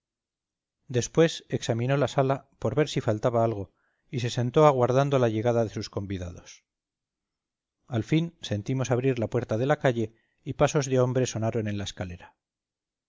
después examinó la sala por ver si faltaba algo y se sentó aguardando la llegada de sus convidados al fin sentimos abrir la puerta de la calle y pasos de hombre sonaron en la escalera